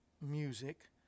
music